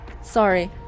Sorry